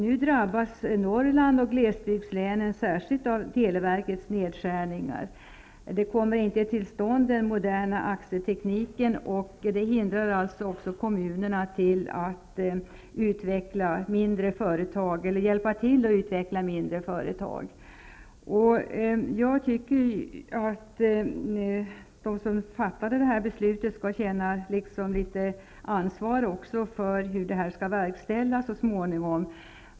Nu drabbas Norrland och glesbygdslänen särskilt av televerkets nedskärningar. Den nya AXE-tekniken kommer inte till stånd, och kommunerna hindras från att hjälpa till att utveckla mindre företag. Jag tycker att de som fattade beslutet skall känna litet ansvar för hur det hela skall verkställas så småningom.